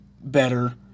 better